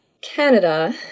canada